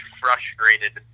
frustrated